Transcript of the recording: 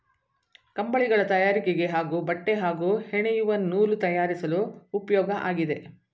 ಕಂಬಳಿಗಳ ತಯಾರಿಕೆಗೆ ಹಾಗೂ ಬಟ್ಟೆ ಹಾಗೂ ಹೆಣೆಯುವ ನೂಲು ತಯಾರಿಸಲು ಉಪ್ಯೋಗ ಆಗಿದೆ